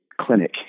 clinic